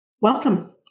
welcome